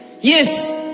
Yes